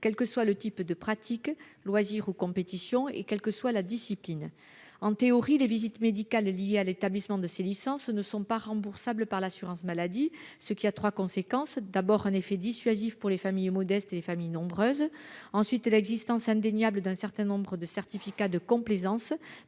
quel que soit le type de pratique, loisir ou compétition, et quelle que soit la discipline. En théorie, les visites médicales liées à l'établissement de ces licences ne sont pas remboursables par l'assurance maladie, ce qui a trois conséquences : d'abord, un effet dissuasif pour les familles modestes et les familles nombreuses ; ensuite, l'existence indéniable d'un certain nombre de certificats de complaisance,